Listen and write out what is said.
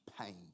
pain